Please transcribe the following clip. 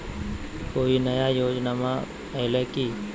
कोइ नया योजनामा आइले की?